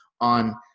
on